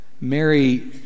Mary